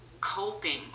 coping